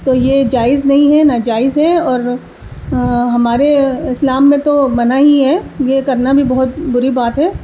تو یہ جائز نہیں ہے ناجائز ہے اور ہمارے اسلام میں تو منع ہی ہے یہ کرنا بھی بہت بری بات ہے